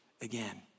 again